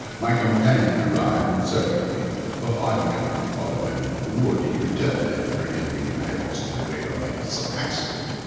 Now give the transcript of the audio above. my companion arrived in search of me for finding i did not follow him into the wood, he returned, apprehending i had lost my way, or met with some accident.